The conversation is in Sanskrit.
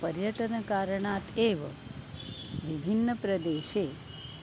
पर्यटनकारणात् एव विभिन्नप्रदेशे